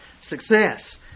success